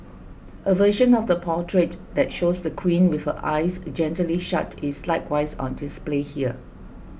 a version of the portrait that shows the queen with her eyes gently shut is likewise on display here